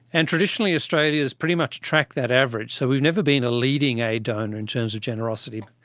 and traditionally australia has pretty much tracked that average, so we've never been a leading aid donor in terms of generosity.